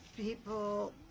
people